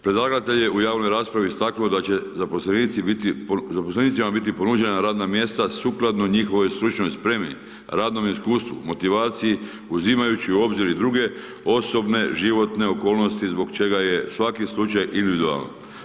Predlagatelj je u javnoj raspravi istaknuo da će zaposlenici biti, zaposlenicima biti ponuđena radna mjesta sukladno njihovoj stručnoj spremi, radnom iskustvu, motivaciji, uzimajući u obzir i druge osobne, životne okolnosti zbog čega je svaki slučaj individualan.